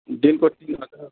दिनको तिन हजार